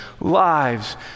lives